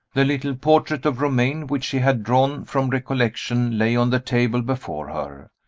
the little portrait of romayne which she had drawn from recollection lay on the table before her.